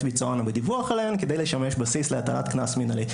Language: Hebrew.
ביצוען או בדיווח עליהן כדי לשמש בסיס להטלת קנס מנהלי".